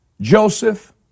Joseph